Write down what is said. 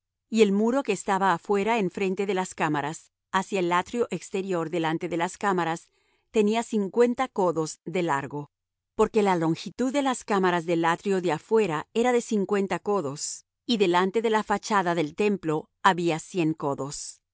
y el muro que estaba afuera enfrente de las cámaras hacia el atrio exterior delante de las cámaras tenía cincuenta codos de largo porque la longitud de las cámaras del atrio de afuera era de cincuenta codos y delante de la fachada del templo había cien codos